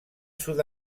sud